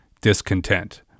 discontent